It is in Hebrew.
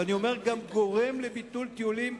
ואני אומר גם גורם לביטול טיולים.